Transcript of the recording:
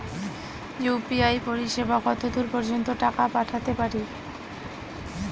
UPI পরিসেবা কতদূর পর্জন্ত টাকা পাঠাতে পারি?